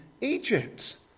Egypt